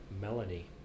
melanie